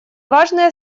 важные